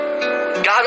God